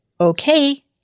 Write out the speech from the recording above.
Okay